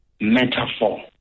metaphor